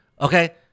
Okay